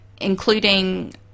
including